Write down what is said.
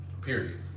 Period